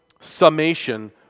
summation